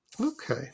Okay